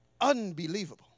Unbelievable